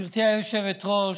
גברתי היושבת-ראש,